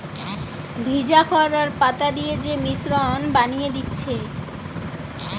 ভিজা খড় আর পাতা দিয়ে যে মিশ্রণ বানিয়ে দিচ্ছে